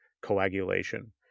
coagulation